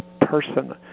person